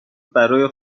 برای